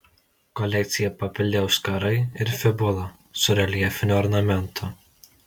kolekciją papildė auskarai ir fibula su reljefiniu ornamentu